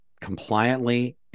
compliantly